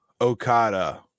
Okada